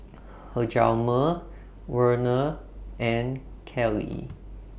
Hjalmer Werner and Kelley